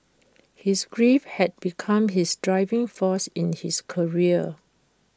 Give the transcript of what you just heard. his grief had become his driving force in his career